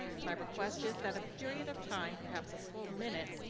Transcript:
my request is that a period of time, perhaps a full minute,